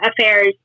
affairs